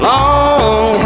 Long